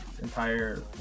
entire